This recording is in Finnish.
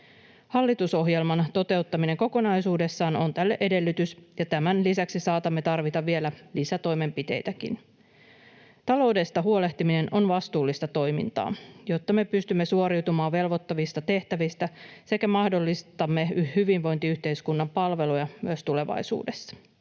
Hallitusohjelman toteuttaminen kokonaisuudessaan on tälle edellytys, ja tämän lisäksi saatamme tarvita vielä lisätoimenpiteitäkin. Taloudesta huolehtiminen on vastuullista toimintaa, jotta me pystymme suoriutumaan velvoittavista tehtävistä sekä mahdollistamme hyvinvointiyhteiskunnan palveluja myös tulevaisuudessa.